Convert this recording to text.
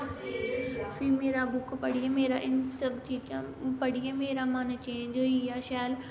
फ्ही मेरा बुक्क पढ़ियै मेरा इन सब चीजां पढ़ियै मेरा मन चेंज होई गेआ शैल